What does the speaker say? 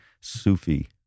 Sufi